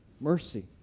mercy